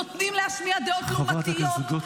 נותנים להשמיע דעות לעומתיות,